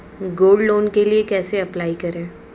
Gold loan के लिए कैसे अप्लाई करें?